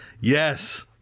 Yes